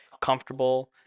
comfortable